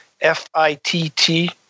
f-i-t-t